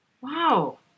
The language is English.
Wow